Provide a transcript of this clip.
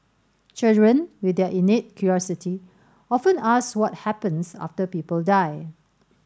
children with their innate curiosity often ask what happens after people die